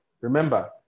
Remember